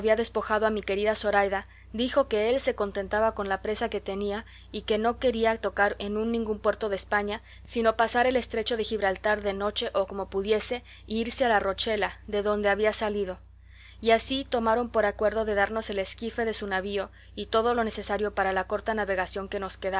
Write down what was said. despojado a mi querida zoraida dijo que él se contentaba con la presa que tenía y que no quería tocar en ningún puerto de españa sino pasar el estrecho de gibraltar de noche o como pudiese y irse a la rochela de donde había salido y así tomaron por acuerdo de darnos el esquife de su navío y todo lo necesario para la corta navegación que nos quedaba